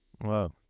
Wow